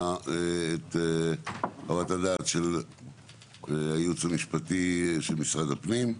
את חוות הדעת של הייעוץ המשפטי של משרד הפנים.